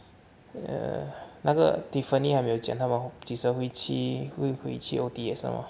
ya 那个 tiffany 还没有讲他们几时会去